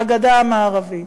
מהגדה המערבית,